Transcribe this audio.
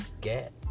get